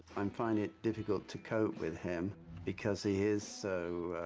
i'm finding it difficult to cope with him because he is so,